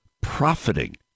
profiting